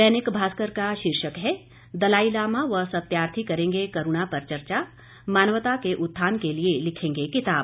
दैनिक भास्कर का शीर्षक है दलाईलामा व सत्यार्थी करेंगे करूणा पर चर्चा मानवता के उत्थान के लिए लिखेंगे किताब